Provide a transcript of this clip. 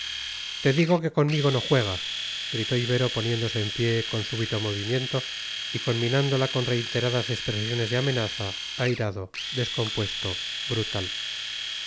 te digo que conmigo no juegas gritó ibero poniéndose en pie con súbito movimiento y conminándola con reiteradas expresiones de amenaza airado descompuesto brutal